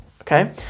Okay